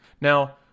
Now